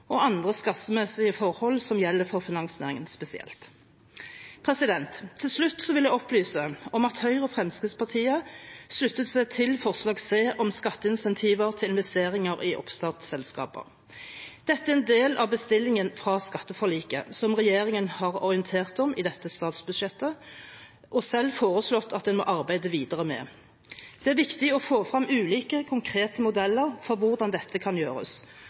og andre skattemessige forhold som gjelder for finansnæringen spesielt. Til slutt vil jeg opplyse om at Høyre og Fremskrittspartiet slutter seg til forslaget om skatteincentiver til investeringer i oppstartsselskaper. Dette er en del av bestillingen fra skatteforliket, som regjeringen har orientert om i dette statsbudsjettet og selv foreslått at en må arbeide videre med. Det er viktig å få frem ulike, konkrete modeller for hvordan dette kan gjøres,